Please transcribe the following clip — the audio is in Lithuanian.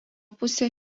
pusė